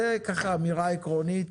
זו אמירה עקרונית.